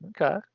okay